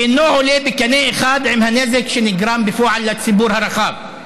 ואינו עולה בקנה אחד עם הנזק שנגרם בפועל לציבור הרחב.